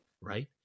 right